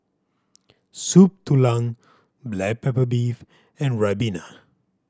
Soup Tulang black pepper beef and ribena